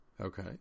Okay